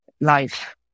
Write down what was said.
life